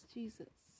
Jesus